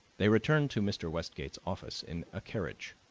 they returned to mr. westgate's office in a carriage,